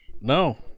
No